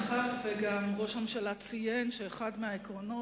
מאחר שגם ראש הממשלה ציין שאחד מהעקרונות